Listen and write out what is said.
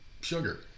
sugar